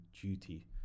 duty